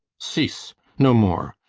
cease no more.